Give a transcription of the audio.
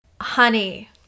Honey